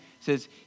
says